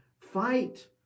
Fight